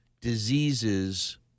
diseases